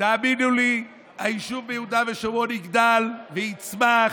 תאמינו לי, היישוב ביהודה ושומרון יגדל ויצמח,